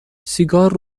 سیگار